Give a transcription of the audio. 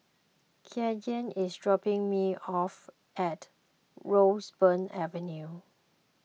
Kylene is dropping me off at Roseburn Avenue